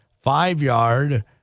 five-yard